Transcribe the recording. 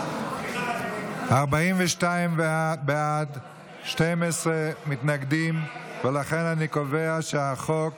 42 בעד, 12 מתנגדים, ולכן אני קובע שחוק